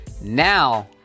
Now